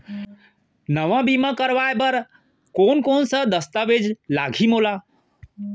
नवा बीमा करवाय बर कोन कोन स दस्तावेज लागही मोला?